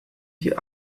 die